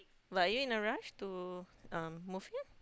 but are you in a rush to um move here